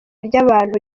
ry’abantu